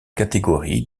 catégorie